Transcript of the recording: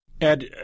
Ed